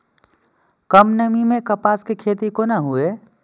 कम नमी मैं कपास के खेती कोना हुऐ?